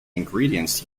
ingredients